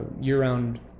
year-round